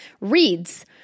reads